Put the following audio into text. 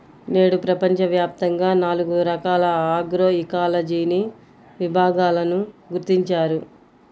నేడు ప్రపంచవ్యాప్తంగా నాలుగు రకాల ఆగ్రోఇకాలజీని విభాగాలను గుర్తించారు